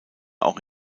auch